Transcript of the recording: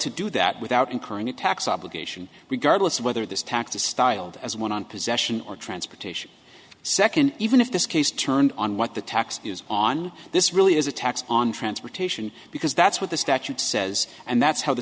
to do that without incurring a tax obligation regardless of whether this tactic styled as one on possession or transportation second even if this case turned on what the tax is on this really is a tax on transportation because that's what the statute says and that's how the